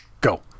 Go